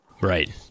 Right